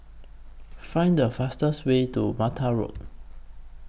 Find The fastest Way to Mata Road